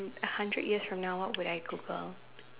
a hundred years from now what would I Google